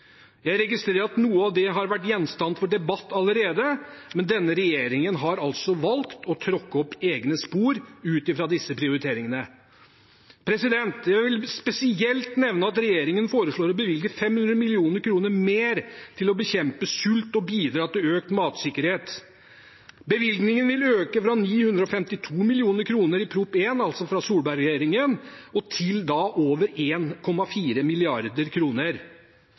Jeg registrerer at noe av det har vært gjenstand for debatt allerede, men denne regjeringen har altså valgt å tråkke opp egne spor utfra disse prioriteringene. Jeg vil spesielt nevne at regjeringen foreslår å bevilge 500 mill. kr mer for å bekjempe sult og bidra til økt matsikkerhet. Bevilgningene vil øke fra 952 mill. kr i Prop. 1 S, altså fra Solberg-regjeringen, til over